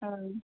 औ